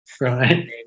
right